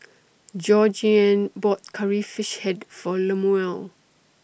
Georgeann bought Curry Fish Head For Lemuel